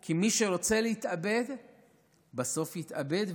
כי מי שרוצה להתאבד בסוף יתאבד,